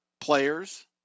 players